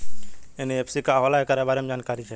NBFC का होला ऐकरा बारे मे जानकारी चाही?